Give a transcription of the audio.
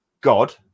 god